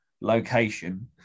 location